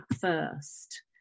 first